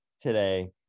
today